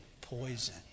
poison